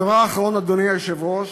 הדבר האחרון, אדוני היושב-ראש,